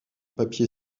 papier